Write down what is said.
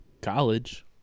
College